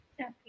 Okay